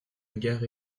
gare